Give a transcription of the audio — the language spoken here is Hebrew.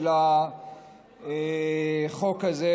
החוק הזה,